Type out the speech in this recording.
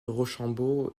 rochambeau